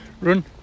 run